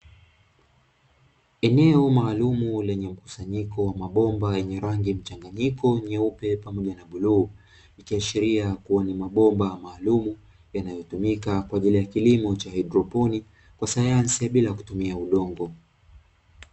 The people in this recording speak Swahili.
Eneo maalumu lenye mkusanyiko wa mabomba yenye rangi mchanganyiko nyeupe pamoja na bluu ikiashiria kuwa ni mabomba maalumu yanayotumika kwa ajili ya kilimo cha haidroponi kwa sayansi ya bila kutumia udongo.